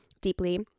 deeply